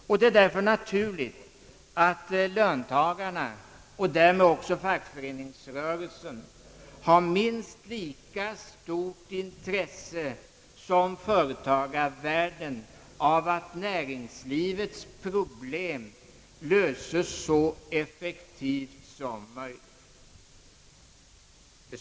Därför är det naturligt att löntagarna och därmed också fackföreningsrörelsen har minst lika stort intresse som företagarvärlden av att näringslivets problem löses så effektivt som möjligt.